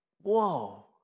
whoa